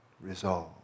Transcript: resolve